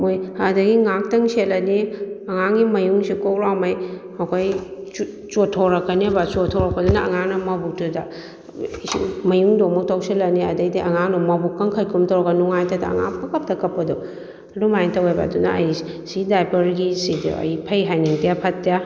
ꯑꯗꯨꯗꯩ ꯉꯥꯛꯇꯪ ꯁꯦꯠꯂꯅꯤ ꯑꯉꯥꯡꯒꯤ ꯃꯌꯨꯡꯁꯦ ꯀꯣꯛ ꯂꯥꯎꯃꯩ ꯃꯈꯣꯏ ꯆꯣꯠꯊꯣꯔꯛꯀꯅꯤꯕ ꯆꯣꯠꯊꯣꯔꯛꯄꯗꯨꯅ ꯑꯉꯥꯡꯅ ꯃꯕꯨꯛꯇꯨꯗ ꯃꯌꯨꯡꯗꯨꯃꯨꯛ ꯇꯧꯁꯤꯜꯂꯅꯤ ꯑꯗꯩꯗꯤ ꯑꯉꯥꯡꯗꯣ ꯃꯕꯨꯛ ꯀꯪꯈꯠꯀꯨꯝ ꯇꯧꯔꯒ ꯅꯨꯡꯉꯥꯏꯇꯗꯅ ꯑꯉꯥꯡ ꯄꯪ ꯀꯞ ꯀꯞꯄꯗꯣ ꯑꯗꯨꯃꯥꯏ ꯇꯧꯋꯦꯕ ꯑꯗꯨꯅ ꯑꯩ ꯁꯤ ꯗꯥꯏꯄ꯭ꯔꯒꯤꯁꯤꯗꯤ ꯑꯩ ꯐꯩ ꯍꯥꯏꯅꯤꯡꯗꯦ ꯐꯠꯇꯦ